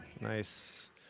nice